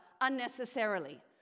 unnecessarily